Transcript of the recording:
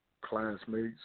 classmates